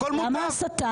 הכול מותר.